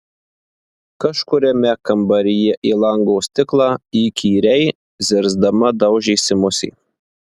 kažkuriame kambaryje į lango stiklą įkyriai zirzdama daužėsi musė